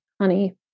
honey